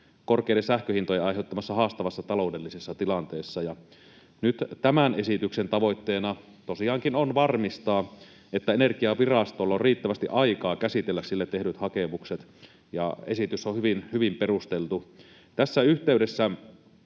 korkeiden sähköhintojen aiheuttamassa haastavassa taloudellisessa tilanteessa. Nyt tämän esityksen tavoitteena tosiaankin on varmistaa, että Energiavirastolla on riittävästi aikaa käsitellä sille tehdyt hakemukset, ja esitys on hyvin perusteltu. Tässä yhteydessä